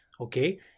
okay